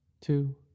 two